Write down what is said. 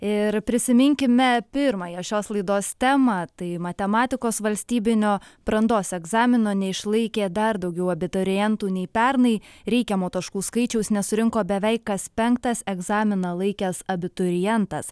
ir prisiminkime pirmąją šios laidos temą tai matematikos valstybinio brandos egzamino neišlaikė dar daugiau abiturientų nei pernai reikiamo taškų skaičiaus nesurinko beveik kas penktas egzaminą laikęs abiturientas